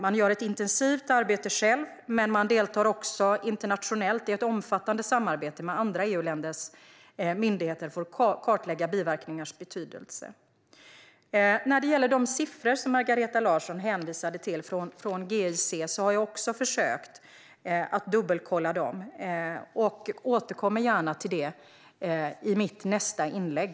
Man gör ett intensivt arbete själv, men man deltar också internationellt i ett omfattande samarbete med andra EU-länders myndigheter för att kartlägga biverkningars betydelse. De siffror från GIC som Margareta Larsson hänvisade till har jag försökt dubbelkolla. Jag återkommer gärna till det i mitt nästa inlägg.